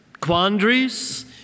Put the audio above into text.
quandaries